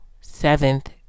seventh